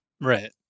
Right